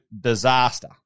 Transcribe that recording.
disaster